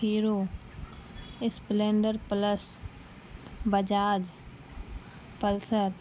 hero Splendor plus Bajaj Pulsar